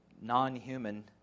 non-human